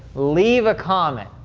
leave a comment.